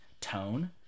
tone